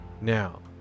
Now